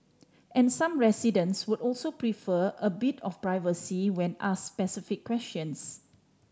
and some residents would also prefer a bit of privacy when ask specific questions